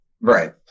right